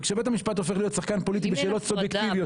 כשבית המשפט הופך להיות שחקן פוליטי בשאלות סובייקטיביות,